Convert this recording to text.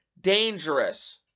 dangerous